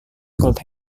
could